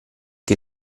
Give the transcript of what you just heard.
che